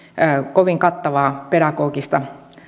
kovin kattavaa pedagogista